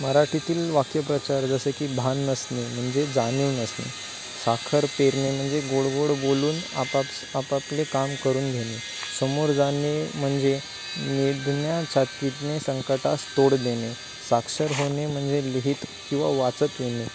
मराठीतील वाक्यप्रचार जसे की भान नसणे म्हणजे जाणीव नसणे साखर पेरणे म्हणजे गोड गोड बोलून आपापस आपापले काम करून घेणे सामोरे जाणे म्हणजे निधड्या छातीने संकटास तोंड देणे साक्षर होणे म्हणजे लिहिता किंवा वाचता येणे